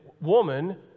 woman